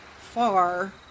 far